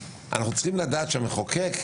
אנחנו צריכים לדעת שהמחוקק,